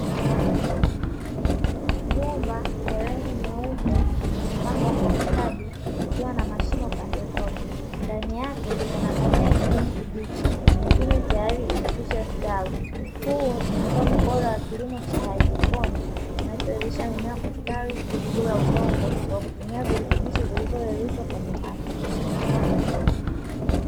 Bomba la rangi nyeupe limepangwa kwa ustadi likiwa na mashimo pande zote ,ndani yake kuna mimea ya kijani kibichi, mingine tayari imekwisha stawi, huu ni mfano bora wa kilimo cha "hydroponic" ,kinachowezesha mimea kustawi bila udongo, kwa kutumia virutubisho vilivyoyeyushwa kwenye maji.